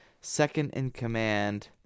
second-in-command